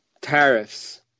tariffs